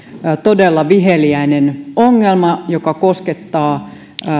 todella viheliäinen ongelma joka koskettaa